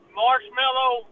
marshmallow